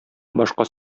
башка